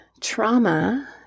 trauma